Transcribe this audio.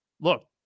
look